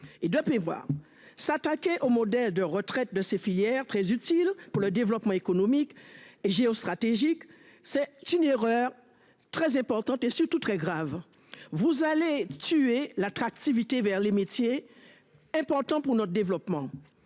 et voir s'attaquer au modèle de retraite de ces filières très utile pour le développement économique et géostratégique c'est c'est une erreur très importante et surtout très grave. Vous allez tuer l'attractivité vers les métiers. Importants pour notre développement